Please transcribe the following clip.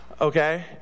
okay